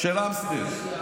של אמסטל.